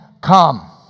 come